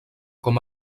com